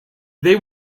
they